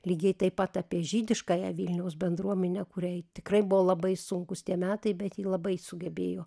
lygiai taip pat apie žydiškąją vilniaus bendruomenę kuriai tikrai buvo labai sunkūs tie metai bet ji labai sugebėjo